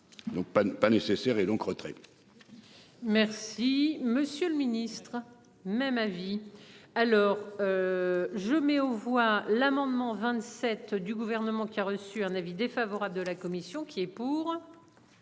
de pas nécessaire et donc retrait. Merci Monsieur le Ministre même avis alors. Je mets où. Ou hein. L'amendement 27 du gouvernement qui a reçu un avis défavorable de la commission qui est. Pour.